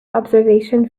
observation